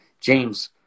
James